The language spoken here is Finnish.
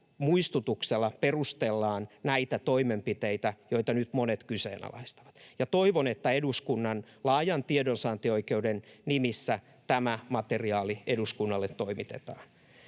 muistutuksella perustellaan näitä toimenpiteitä, joita nyt monet kyseenalaistavat, ja toivon, että eduskunnan laajan tiedonsaantioikeuden nimissä tämä materiaali eduskunnalle toimitetaan.